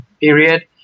period